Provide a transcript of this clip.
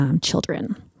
children